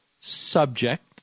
subject